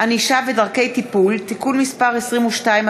ענישה ודרכי טיפול) (תיקון מס' 22,